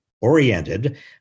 oriented